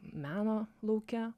meno lauke